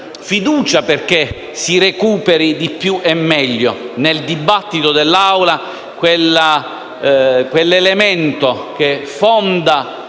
fiducia perché si recuperi di più e meglio nel dibattito dell'Assemblea quell'elemento che fonda